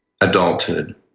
Adulthood